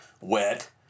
wet